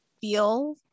feel